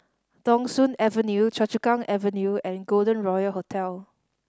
Thong Soon Avenue Choa Chu Kang Avenue and Golden Royal Hotel